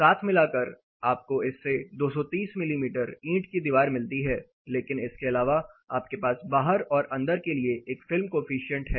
साथ मिलाकर आपको इससे 230 मिमी ईंट की दीवार मिलती है लेकिन इसके अलावा आपके पास बाहर और अंदर के लिए एक फिल्म कोअफिशन्ट है